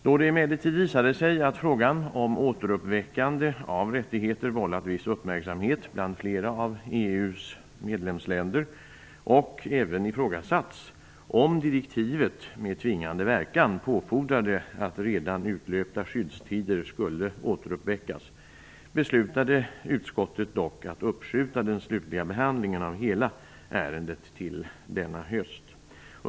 Då det emellertid visade sig att frågan om återuppväckande av rättigheter vållat viss uppmärksamhet bland flera av EU:s medlemsländer och det även ifrågasatts om direktivet med tvingande verkan påfordrade att redan utlöpta skyddstider skulle återuppväckas, beslutade utskottet dock att uppskjuta den slutliga behandlingen av hela ärendet till denna höst.